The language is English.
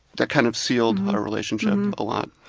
that kind of sealed our relationship a lot.